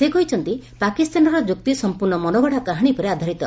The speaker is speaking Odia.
ସେ କହିଛନ୍ତି ପାକିସ୍ତାନର ଯୁକ୍ତି ସମ୍ପର୍ଶ୍ଣ ମନଗତା କାହାଣୀ ଉପରେ ଆଧାରିତ